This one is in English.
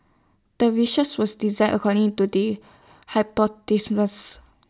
the research was designed according to the